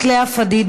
7921,